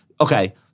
Okay